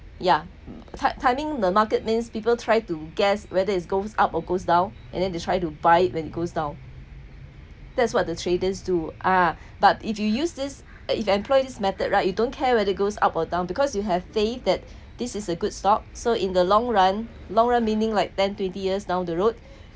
ya time timing the market means people try to guess whether it's goes up or goes down and then they try to buy it when it goes down that's what the traders do ah but if you use this if you employed this method right you don't care whether goes up or down because you have faith that this is a good stock so in the long run long run meaning like ten twenty years down the road